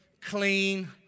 clean